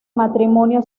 matrimonio